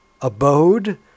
abode